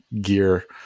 gear